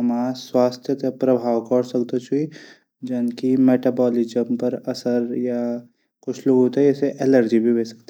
हमरू स्वास्थ्य थै प्रभाव पोड सकदू च जनकी मैटाबालिजम पर असर या कुछ लुंखून थै एलर्जी भी ह्वे सकदी छन।